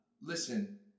Listen